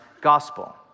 gospel